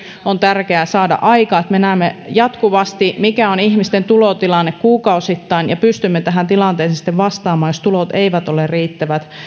on tärkeää saada aikaan että me näemme jatkuvasti mikä on ihmisten tulotilanne kuukausittain ja pystymme tähän tilanteeseen sitten vastaamaan jos tulot eivät ole riittävät